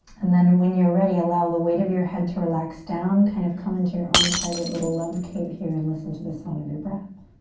and then when you're ready, allow the weight of your head to relax down. kind of come into your own private little love cave here and listen to the sound of your breath.